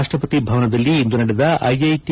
ರಾಷ್ಟವತಿ ಭವನದಲ್ಲಿ ಇಂದು ನಡೆದ ಐಐಟಿ